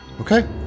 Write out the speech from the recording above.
Okay